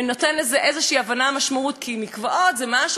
כי מקוואות זה משהו ש"בואו לא נדבר עליו".